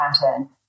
pattern